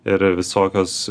ir visokios